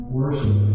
worship